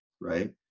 Right